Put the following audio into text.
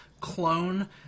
clone